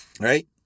Right